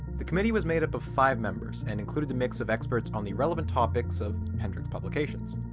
the committee was made up of five members and included a mix of experts on the relevant topics of hendrik's publications.